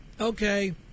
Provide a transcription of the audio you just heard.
Okay